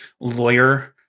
lawyer